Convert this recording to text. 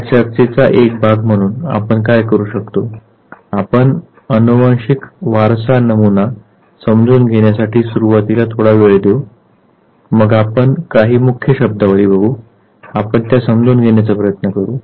या चर्चेचा एक भाग म्हणून आपण काय करू शकतो आपण आनुवंशिक वारसा नमुना समजून घेण्यासाठी सुरुवातीला थोडा वेळ देऊ मग आपण काही मुख्य शब्दावली बघू आपण त्या समजून घेण्याचा प्रयत्न करू